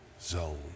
zone